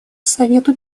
совету